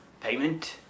payment